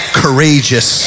courageous